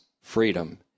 freedom